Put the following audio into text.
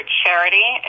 charity